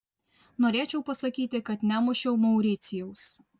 norėčiau pasakyti kad nemušiau mauricijaus